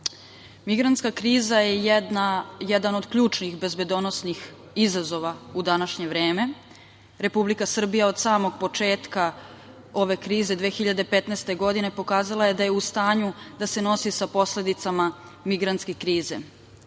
migranata. Migranska kriza je jedan od ključnih bezbednosnih izazova u današnje vreme. Republika Srbija od samog početka ove krize 2015. godine, pokazala je da je u stanju da se nosi sa posledicama migrantske krize.